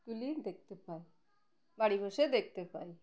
গুলি দেখতে পাই বাড়ি বসে দেখতে পাই